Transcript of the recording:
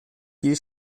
viel